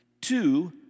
two